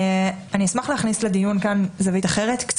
אני אשמח להכניס לדיון כאן זווית אחרת, מהשטח.